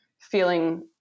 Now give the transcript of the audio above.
feeling